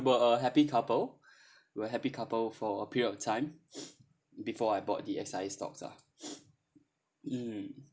we're a happy couple we're a happy couple for a period of time before I bought the S_I_A stocks ah mm